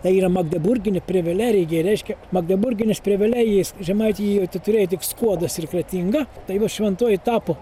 tai yra magdeburginė privilerigija reiškia magdeburginės privilegijas žemaitijoj tu turėj tik skuodas ir kretinga tai va šventoji tapo